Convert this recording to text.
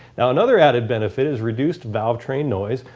now another added benefit is reduced valvetrain noice,